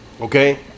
Okay